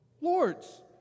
lords